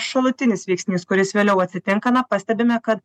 šalutinis veiksnys kuris vėliau atsitinka na pastebime kad